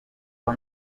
aho